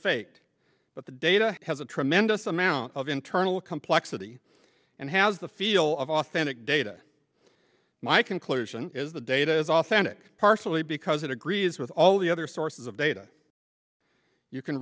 faked but the data has a tremendous amount of internal complexity and has the feel of authentic data my conclusion is the data is authentic partially because it agrees with all the other sources of data you can